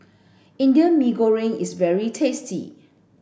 Indian Mee Goreng is very tasty